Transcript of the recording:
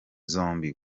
zombi